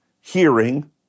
hearing